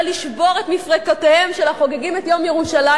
לשבור את מפרקותיהם של החוגגים את יום ירושלים,